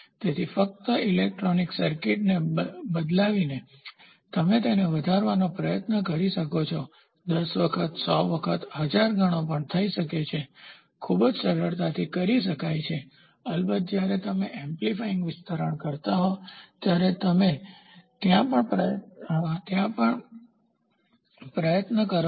તેથી ફક્ત ઇલેક્ટ્રોનિક સર્કિટને બદલાવીને તમે તેને વધારવાનો પ્રયાસ કરી શકો છો 10 વખત 100 વખત 1000 ગણો પણ થઈ શકે છે ખૂબ જ સરળતાથી કરી શકાય છે અલબત્ત જ્યારે તમે એમ્પ્લીફાઇંગ વિસ્તરણ કરતા રહો ત્યારે તમે પણ ત્યાં પ્રયત્ન કરવાનો પ્રયત્ન કરો છો